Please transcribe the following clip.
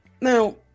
now